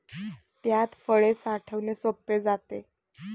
त्यात फळे साठवणे सोपे जाते